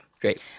Great